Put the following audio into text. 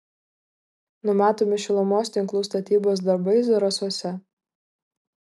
numatomi šilumos tinklų statybos darbai zarasuose